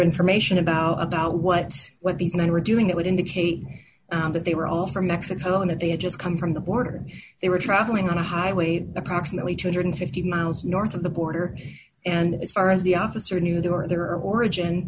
information about about what what these men were doing it would indicate that they were all from mexico and that they had just come from the border they were traveling on a highway they're constantly two hundred and fifty miles north of the border and as far as the officer knew they were there or origin